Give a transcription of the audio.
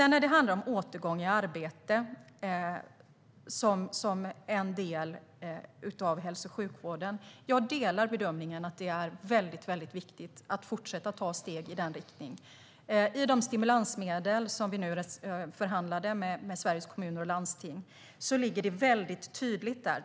När det handlar om återgång i arbete som en del av hälso och sjukvården delar jag bedömningen att det är viktigt att fortsätta att ta steg i den riktningen. I de stimulansmedel som vi nu har förhandlat om med Sveriges Kommuner och Landsting finns detta tydligt med.